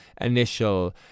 initial